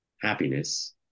happiness